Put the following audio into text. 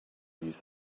use